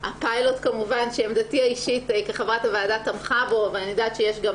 הפיילוט כמובן שעמדתי האישית כחברת הוועדה תמכה בו ואני יודעת שיש גם